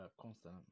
Constant